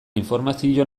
informazio